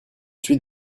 suis